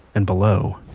and below.